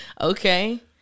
Okay